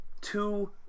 two